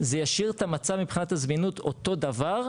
זה ישאיר את המצב מבחינת הזמינות אותו דבר,